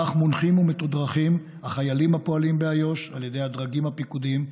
כך מונחים ומתודרכים החיילים הפועלים באיו"ש על ידי הדרגים הפיקודיים,